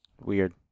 Weird